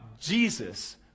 Jesus